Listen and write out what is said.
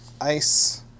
ice